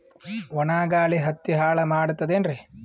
ಒಣಾ ಗಾಳಿ ಹತ್ತಿ ಹಾಳ ಮಾಡತದೇನ್ರಿ?